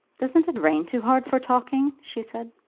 doesn't it rain too hard for talking? she said.